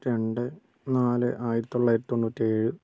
രണ്ട് നാല് ആയിരത്തിത്തൊള്ളായിരത്തി തൊണ്ണൂറ്റേഴ്